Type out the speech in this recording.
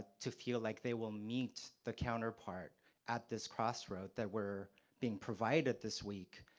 to feel like they will meet the counterpart at this crossroad, that we're being provided this week,